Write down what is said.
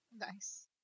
nice